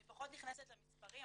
אני פחות מתייחסת למספרים,